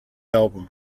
album